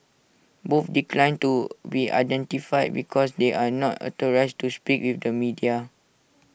both declined to be identified because they are not authorised to speak with the media